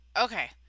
Okay